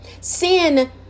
sin